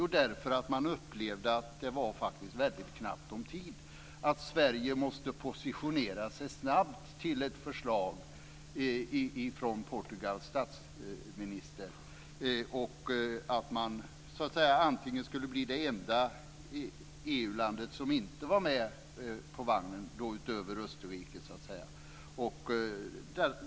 Jo, därför att man upplevde att det var väldigt knappt om tid och att Sverige snabbt måste positionera sig till ett förslag från Portugals statsminister. Man skulle kunna bli det enda EU-land, förutom Österrike, som inte var med på vagnen.